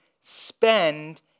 spend